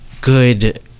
good